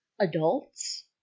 adults